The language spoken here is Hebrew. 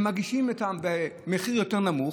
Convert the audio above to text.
הם מגישים אותן במחיר יותר נמוך.